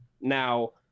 now